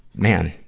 man,